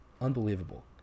Unbelievable